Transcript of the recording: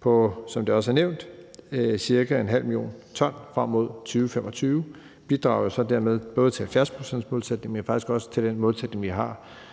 på – som det også er nævnt – ca. 0,5 mio. t. Frem mod 2025 bidrager vi så dermed både til 70-procentsmålsætningen, men faktisk også til den målsætning, vi har,